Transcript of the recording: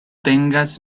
tengas